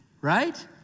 right